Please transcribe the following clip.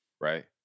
right